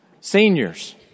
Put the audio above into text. Seniors